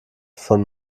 von